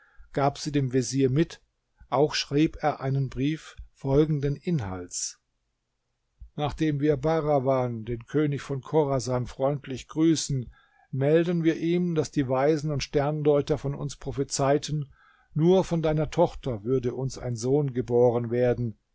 gab sie dem vezier mit auch schrieb er einen brief folgenden inhalts nachdem wir bahrawan den könig von chorasan freundlich grüßen melden wir ihm daß die weisen und sterndeuter uns prophezeiten nur von deiner tochter würde uns ein sohn geboren werden